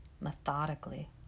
methodically